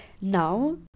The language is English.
Now